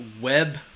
web